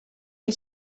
que